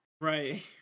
Right